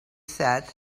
said